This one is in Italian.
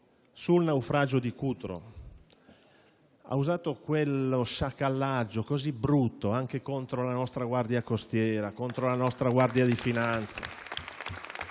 sul naufragio di Cutro, abbia usato quello sciacallaggio così brutto anche contro la nostra Guardia costiera e contro la nostra Guardia di finanza